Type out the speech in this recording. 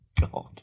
God